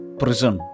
prison